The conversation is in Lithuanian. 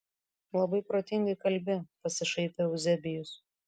labai protingai kalbi pasišaipė euzebijus